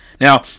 Now